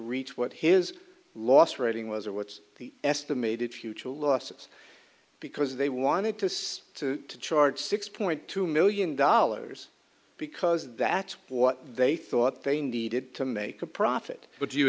reach what his loss rating was or what the estimated future losses because they wanted to charge six point two million dollars because that's what they thought they needed to make a profit but do you